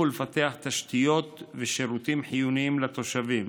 ולפתח תשתיות ושירותים חיוניים לתושבים